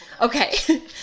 Okay